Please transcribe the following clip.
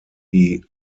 die